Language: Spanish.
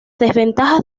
desventajas